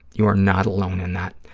you are not alone in that.